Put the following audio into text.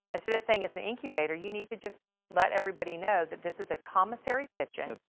instead of saying it's an incubator, you need to just let everybody know that this is a commissary kitchen.